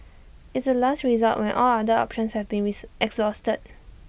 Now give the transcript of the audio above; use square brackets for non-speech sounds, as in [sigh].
it's A last resort when all other options have been [unintelligible] exhausted